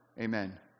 Amen